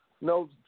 no